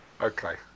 Okay